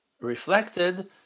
reflected